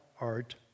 art